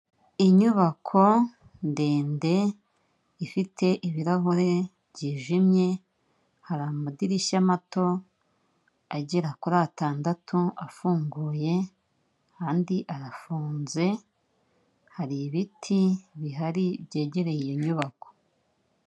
Inyubako ndende ifite ibirahure byijimye, hari amadirishya mato agera kuri atandatu afunguye, andi arafunze hari ibiti bihari byegereye iyo nyubako.